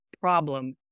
problem